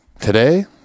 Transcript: Today